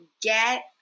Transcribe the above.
get